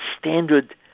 standard